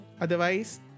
otherwise